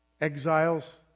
exiles